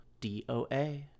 DOA